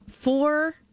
Four